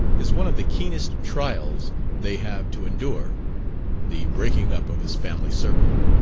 is one of the keenest trials they have to endure the breaking up of his family circle.